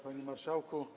Panie Marszałku!